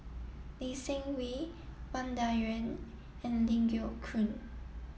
Lee Seng Wee Wang Dayuan and Ling Geok Choon